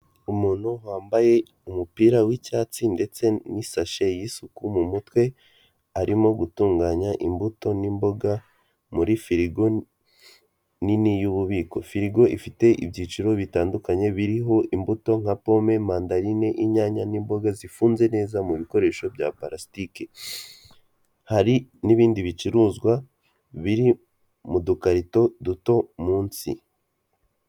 Umuntu wambaye umupira w'icyatsi ndetse n'isashe y'isuku mu mutwe, arimo gutunganya imbuto n'imboga muri firigo nini y'ububiko. Firigo ifite ibyiciro bitandukanye biriho imbuto nka pome, mandarine, inyanya n'imboga zifunze neza mu bikoresho bya parasitike, hari n'ibindi bicuruzwa biri mu dukarito duto munsi.